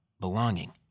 belonging